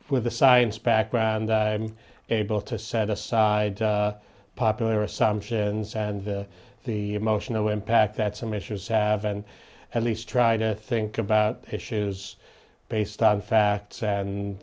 a science background i'm able to set aside popular assumptions and the emotional impact that some issues have and at least try to think about issues based on facts and